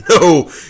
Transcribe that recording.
No